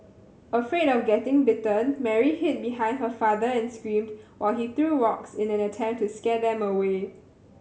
afraid of getting bitten Mary hid behind her father and screamed while he threw rocks in an attempt to scare them away